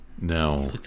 Now